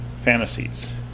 fantasies